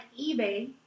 eBay